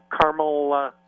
Carmel